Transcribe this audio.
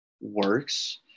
works